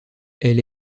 elle